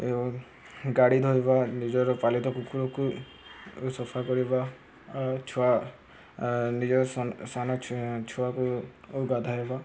ଏବଂ ଗାଡ଼ି ଧୋଇବା ନିଜର ପାଳିତ କୁକୁରକୁ ସଫା କରିବା ଛୁଆ ନିଜ ସାନ ଛୁଆକୁ ଗାଧୋଇବା